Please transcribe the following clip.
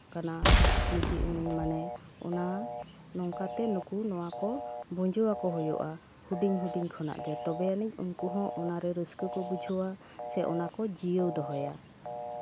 ᱠᱟᱱᱟ ᱡᱮ ᱢᱟᱱᱮ ᱚᱱᱟ ᱱᱚᱝᱠᱟᱛᱮ ᱱᱩᱠᱩ ᱱᱚᱣᱟ ᱠᱚ ᱵᱩᱡᱷᱟᱹᱣ ᱟᱠᱚ ᱦᱩᱭᱩᱜᱼᱟ ᱦᱩᱰᱤᱧ ᱦᱩᱰᱤᱧ ᱠᱷᱚᱱᱟᱜ ᱜᱮ ᱛᱚᱵᱮ ᱟᱹᱱᱤᱡ ᱩᱱᱠᱩᱦᱚᱸ ᱚᱱᱟᱨᱮ ᱨᱟᱹᱥᱠᱟᱹ ᱠᱚ ᱵᱩᱡᱷᱟᱹᱣᱟ ᱥᱮ ᱚᱱᱟ ᱠᱚ ᱡᱤᱭᱟᱹᱣ ᱫᱚᱦᱚᱭᱟ